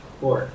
four